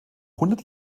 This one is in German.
hundert